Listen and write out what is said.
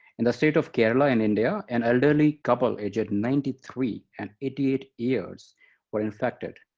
in the state of kerala in india, an elderly couple aged ninety three and eighty eight years were infected,